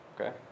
okay